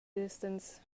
distance